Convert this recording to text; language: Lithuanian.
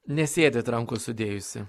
nesėdit rankų sudėjusi